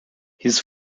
his